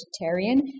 vegetarian